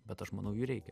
bet aš manau jų reikia